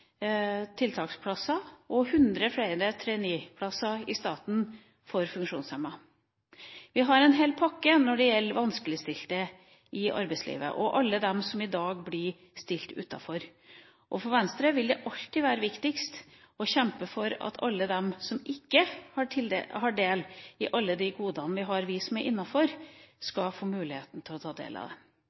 tiltaksplasser og 100 flere trainee-plasser i staten for funksjonshemmede. Vi har en hel pakke når det gjelder vanskeligstilte i arbeidslivet og alle dem som i dag blir stilt utenfor, og for Venstre vil det alltid være viktigst å kjempe for at alle dem som ikke har del i alle de godene vi som er innenfor, har, skal få muligheten til å ta del